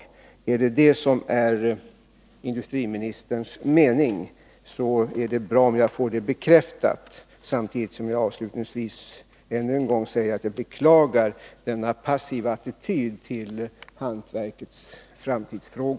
Är det detta som är industriministerns mening, så är det bra om jag får det bekräftat. Samtidigt vill jag avslutningsvis ännu än gång säga att jag beklagar denna passiva attityd till hantverkets framtidsfrågor.